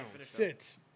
Sit